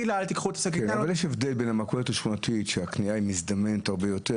שאתה מתכנן צעדיך עם השקיות שאתה מביא מהבית.